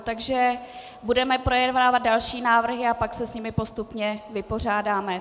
Takže budeme projednávat další návrhy a pak se s nimi postupně vypořádáme.